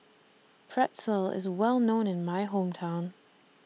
Pretzel IS Well known in My Hometown